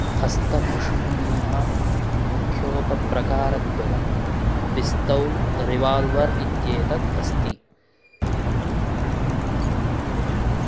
हस्तभुषुण्डीनां मुख्योपप्रकारद्वयं pistol revolver इत्येतत् अस्ति